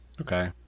Okay